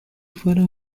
fueron